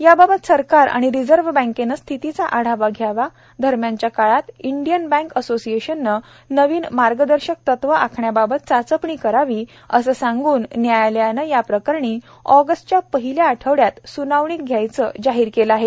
याबाबत सरकार आणि रिझर्व्ह बँकेनं स्थितीचा आढावा घ्यावा दरम्यानच्या काळात इंडियन बँक असोसिएशननं नवीन मार्गदर्शक तत्वं आखण्याबाबत चाचपणी करावी असं सांगून न्यायालयानं या प्रकरणी ऑगस्टच्या पहिल्या आठवड्यात स्नावणी घ्यायचं जाहीर केलं आहे